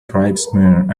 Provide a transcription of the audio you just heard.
tribesmen